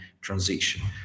transition